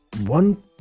one